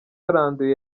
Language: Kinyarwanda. yaranduye